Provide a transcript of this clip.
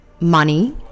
money